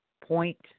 point